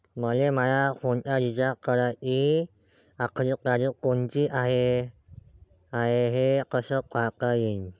मले माया फोनचा रिचार्ज कराची आखरी तारीख कोनची हाय, हे कस पायता येईन?